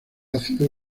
ácido